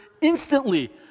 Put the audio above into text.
instantly